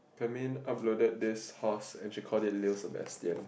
I mean uploaded this horse actually call it Liew Sebastian